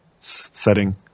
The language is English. setting